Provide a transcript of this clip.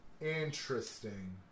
Interesting